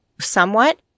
somewhat